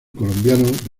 colombiano